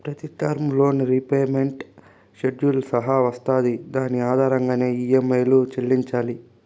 ప్రతి term loan repayment షెడ్యూల్తో సహా వస్తాది దాని ఆధారంగానే ఈ.యం.ఐలు చెల్లించాలి